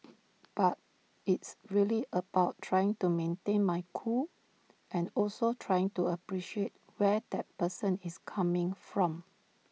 but it's really about trying to maintain my cool and also trying to appreciate where that person is coming from